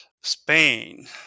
Spain